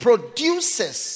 Produces